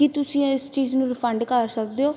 ਕੀ ਤੁਸੀਂ ਇਸ ਚੀਜ਼ ਨੂੰ ਰਿਫੰਡ ਕਰ ਸਕਦੇ ਹੋ